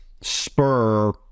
spur